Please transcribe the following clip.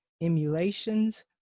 emulations